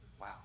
Wow